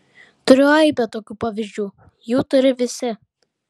turiu aibę tokių pavyzdžių jų turi visi